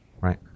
right